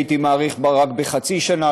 הייתי מאריך אותה רק בחצי שנה,